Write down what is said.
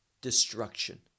destruction